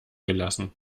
gelassen